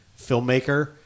filmmaker